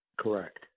Correct